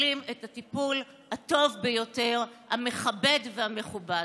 מקבלים את הטיפול הטוב ביותר, המכבד והמכובד?